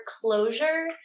closure